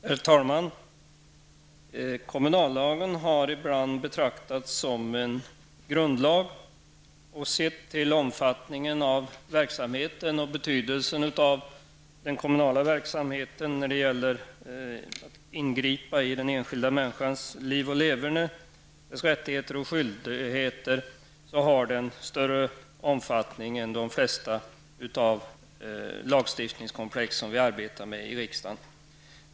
Herr talman! Kommunallagen har ibland betraktats som en grundlag. Sett till omfattningen av verksamheten och betydelsen av den kommunala verksamheten när det gäller att ingripa i den enskilda människans liv och leverne och rättigheter och skyldigheter har den större omfattning än de flesta av de lagstiftningskomplex som vi arbetar med i riksdagen.